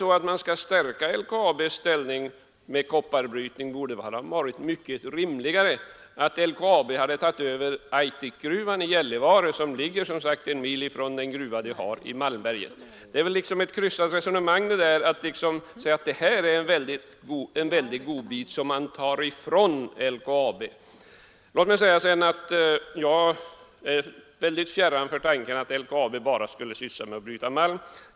Om man skulle stärka LKAB:s ställning med kopparbrytning borde det ha varit mycket rimligare att LKAB hade tagit över Aitekgruvan i Gällivare, som ligger en mil från den gruva man har i Malmberget. Det är ett krystat resonemang när man säger att det här är en väldig godbit som tas ifrån LKAB. Jag är väldigt fjärran från tanken att LKAB bara skulle syssla med att bryta malm.